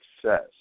success